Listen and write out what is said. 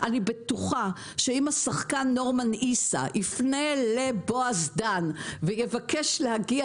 אני בטוחה שאם השחקן נורמן עיסא יפנה לבעז דן ויבקש להגיע